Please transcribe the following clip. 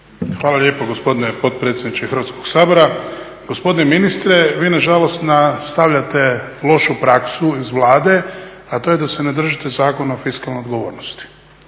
Hvala lijepo gospodine potpredsjedniče Hrvatskog sabora. Gospodine ministre, vi nažalost nastavljate lošu praksu iz Vlade, a to je da se ne držite Zakona o fiskalnoj odgovornosti.